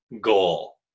goal